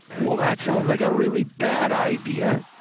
well, that sounds like a really bad idea.